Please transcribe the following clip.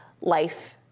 life